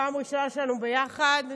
פעם ראשונה שלנו ביחד.